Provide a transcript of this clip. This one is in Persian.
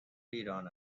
ایران